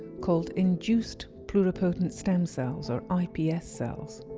called induced pluripotent stem cells or ah ips ah cells.